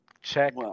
Check